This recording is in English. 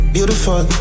Beautiful